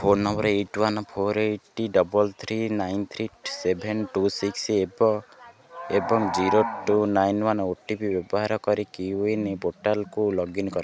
phone number eight one four eight double three nine three seven two six ଏବଂ zero two nine one O T P ବ୍ୟବହାର କରି CoWIN ପୋର୍ଟାଲ୍କୁ login କର